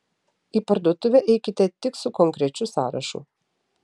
į parduotuvę eikite tik su konkrečiu sąrašu